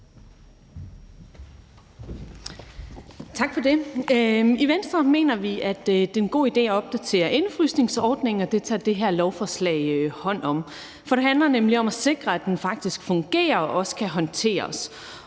I Venstre mener vi, at det er en god idé at opdatere indefrysningsordningen, og det tager vi med det her lovforslag hånd om. For det handler nemlig om at sikre, at den faktisk fungerer og også kan håndteres.